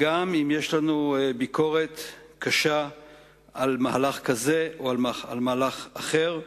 גם אם יש לנו ביקורת קשה על מהלך כזה או על מהלך אחר,